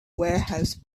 warehouse